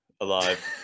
alive